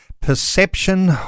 perception